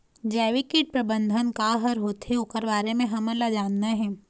जैविक कीट प्रबंधन का हर होथे ओकर बारे मे हमन ला जानना हे?